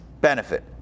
benefit